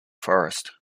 forest